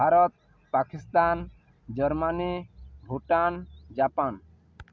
Bharat Pakistan Germany Bhutan Japan